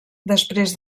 després